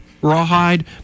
rawhide